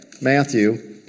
Matthew